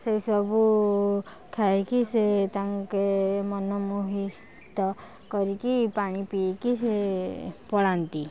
ସେଇ ସବୁ ଖାଇକି ସେ ତାଙ୍କେ ମନମୋହିତ କରିକି ପାଣି ପିଇକି ସିଏ ପଳାନ୍ତି